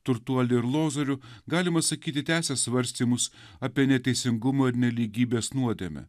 turtuolį ir lozorių galima sakyti tęsia svarstymus apie neteisingumo ir nelygybės nuodėmę